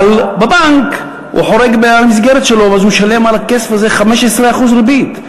אבל בבנק הוא חורג מהמסגרת שלו ואז הוא משלם על הכסף הזה 15% ריבית.